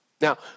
Now